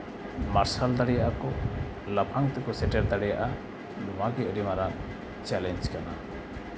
ᱢᱟᱨᱥᱟᱞ ᱫᱟᱲᱮᱭᱟᱜᱼᱟ ᱠᱚ ᱞᱟᱯᱷᱟᱝ ᱛᱮᱠᱚ ᱥᱮᱴᱮᱨ ᱫᱟᱲᱭᱟᱜᱼᱟ ᱱᱚᱣᱟ ᱜᱮ ᱟᱹᱰᱤ ᱢᱟᱨᱟᱝ ᱪᱮᱞᱮᱧᱡ ᱠᱟᱱᱟ